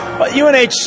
UNH